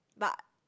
but